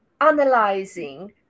analyzing